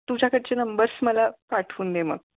तुझ्याकडचे numbers मला पाठवून दे मग